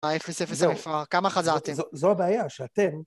אפס, אפס, אפס, כמה חזרתם. זו הבעיה, שאתם...